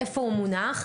איפה הוא מונח.